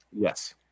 Yes